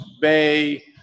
Bay